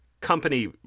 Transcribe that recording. company